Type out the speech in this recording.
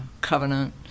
covenant